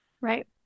Right